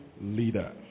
leader